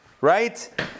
Right